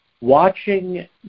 watching –